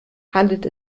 handelt